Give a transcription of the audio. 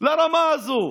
לרמה הזאת.